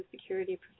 security